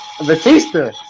Batista